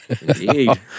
Indeed